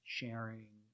sharing